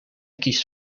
kiest